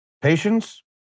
Patience